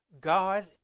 God